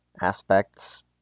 aspects